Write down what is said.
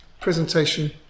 presentation